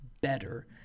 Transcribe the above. better